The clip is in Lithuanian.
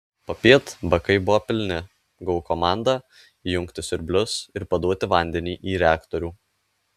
popiet bakai buvo pilni gavau komandą įjungti siurblius ir paduoti vandenį į reaktorių